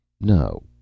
No